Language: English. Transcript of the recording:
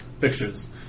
pictures